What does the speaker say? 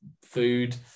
food